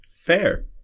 Fair